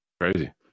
Crazy